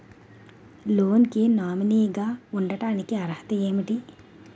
Loan కి nominee గా ఉండటానికి అర్హత ఏమిటి?